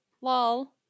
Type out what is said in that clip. Lol